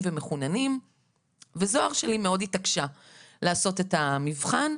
והבת שלי זהר מאוד התעקשה לעשות את המבחן.